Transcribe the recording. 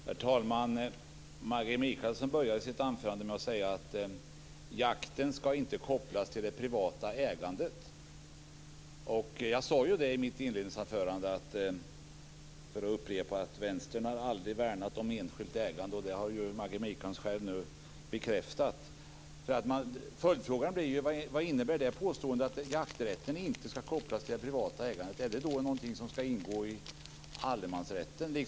Herr talman! Maggi Mikaelsson började sitt anförande med att säga att jakten inte ska kopplas till det privata ägandet. Jag sade ju i mitt inledningsanförande, för att upprepa det, att Vänstern aldrig har värnat enskilt ägande. Det har Maggi Mikaelsson nu själv bekräftat. Följdfrågan blir: Vad innebär påståendet att jakträtten inte ska kopplas till det privata ägandet? Är det någonting som ska ingå i allemansrätten?